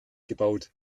gebaut